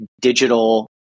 digital